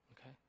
okay